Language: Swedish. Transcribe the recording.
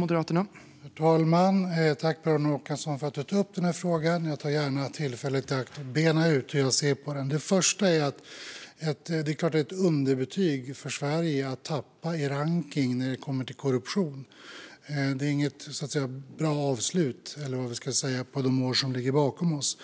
Herr talman! Tack, Per-Arne Håkansson, för att du tar upp denna fråga. Jag tar gärna tillfället i akt att bena ut hur jag ser på den. Det är såklart ett underbetyg för Sverige att tappa i rankning när det kommer till korruption. Det är inget bra avslut på de år som ligger bakom oss.